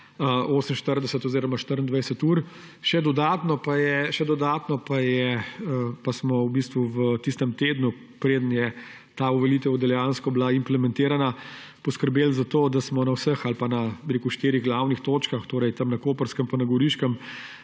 48 oziroma 24 ur. Še dodatno pa smo v tednu, preden je ta uveljavitev dejansko bila implementirana, poskrbeli za to, da smo na vseh ali pa na štirih glavnih točkah, torej na Koprskem in na Goriškem,